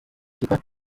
kitwa